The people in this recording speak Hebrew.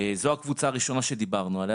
זו הקבוצה הראשונה שדיברנו עליה,